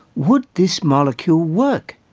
would this molecule work?